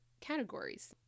categories